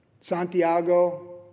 Santiago